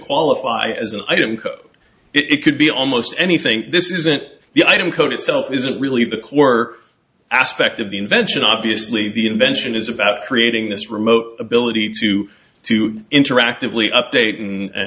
qualify as an item code it could be almost anything this isn't the item code itself isn't really the core aspect of the invention obviously the invention is about creating this remote ability to to interactively update and